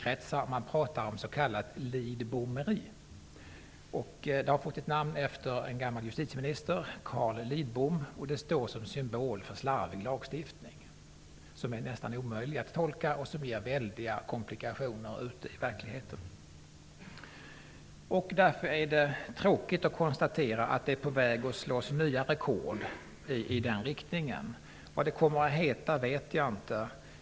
Det är fortfarande ett begrepp i juridikkretsar. Det har fått sitt namn efter en tidigare justitieminister, Carl Lidbom, och det står som symbol för slarvig lagstiftning, som är nästan omöjlig att tolka och som ger väldiga komplikationer ute i verkligheten. Därför är det tråkigt att konstatera att man är på väg att slå nya rekord i den riktningen. Vad de kommer att heta vet jag inte.